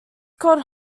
called